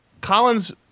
Collins